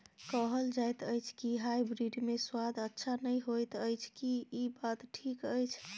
कहल जायत अछि की हाइब्रिड मे स्वाद अच्छा नही होयत अछि, की इ बात ठीक अछि?